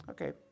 Okay